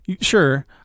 Sure